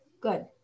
Good